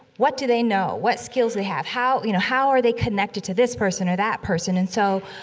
what do they know? what skills they have. how, you know, how are they connected to this person? or that person? and so,